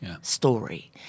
story